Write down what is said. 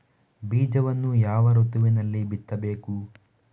ಬೀಜವನ್ನು ಯಾವ ಋತುವಿನಲ್ಲಿ ಬಿತ್ತಬೇಕು?